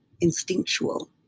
instinctual